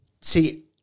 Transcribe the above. See